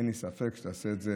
אין לי ספק שתעשה את זה